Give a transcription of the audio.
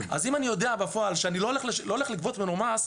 אז אם אני יודע שאני לא הולך לגבות ממנו מס,